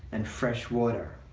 and fresh water.